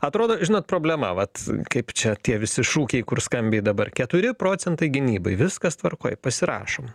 atrodo žinot problema vat kaip čia tie visi šūkiai kur skambiai dabar keturi procentai gynybai viskas tvarkoj pasirašom